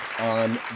on